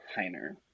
Heiner